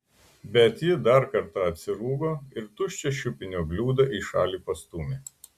bet ji dar kartą atsirūgo ir tuščią šiupinio bliūdą į šalį pastūmė